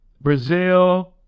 Brazil